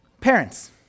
Parents